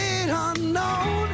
unknown